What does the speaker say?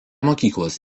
mokyklos